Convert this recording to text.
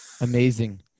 Amazing